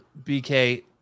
bk